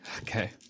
Okay